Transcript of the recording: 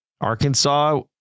Arkansas